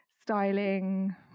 styling